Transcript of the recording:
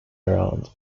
around